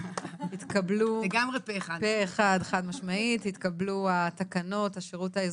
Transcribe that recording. הצבעה התקנות התקבלו פה אחד.